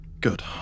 Good